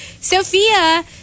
Sophia